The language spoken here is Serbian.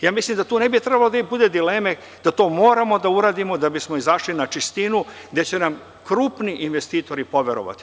Ja mislim da tu ne bi trebalo da bude dileme, da to moramo da uradimo da bismo izašli na čistinu, gde će nam krupni investitori poverovati.